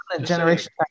Generation